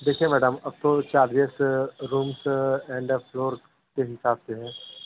देखिए मैडम अब तो चार्जेस रूमस फ्लोर के हिसाब से है